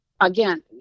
again